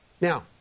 Now